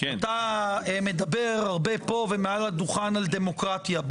אתה מדבר הרבה פה ומעל הדוכן על דמוקרטיה.